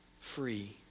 free